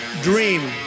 dream